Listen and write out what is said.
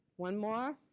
one more?